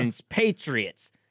Patriots